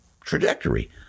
trajectory